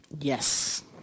Yes